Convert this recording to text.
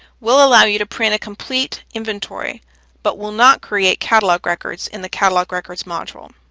will allow you to print a complete inventory but will not create catalog records in the catalog records module.